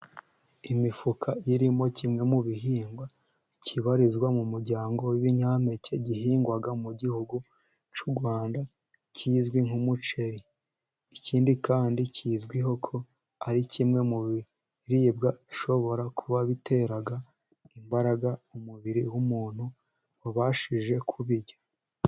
Imifuka irimo kimwe mu bihingwa kibarizwa mu muryango w' ibinyampeke gihingwa mu gihugu cy'u Rwanda kizwi nk'umuceri, ikindi kandi kizwiho ko ari kimwe mu biribwa bishobora kuba bitera imbaraga umubiri w'umuntu wabashije kubirya.